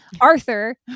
Arthur